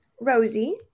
Rosie